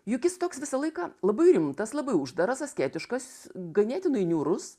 juk jis toks visą laiką labai rimtas labai uždaras asketiškas ganėtinai niūrus